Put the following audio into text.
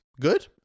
good